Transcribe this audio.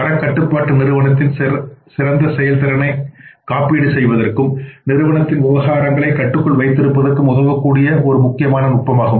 தரக் கட்டுப்பாடு நிறுவனத்தின் சிறந்த செயல்திறனை காப்பீடு செய்வதற்கும் நிறுவனத்தின் விவகாரங்களை கட்டுக்குள் வைத்திருப்பதற்கும் உதவக்கூடிய ஒரு முக்கியமான நுட்பமாகும்